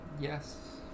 Yes